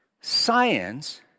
Science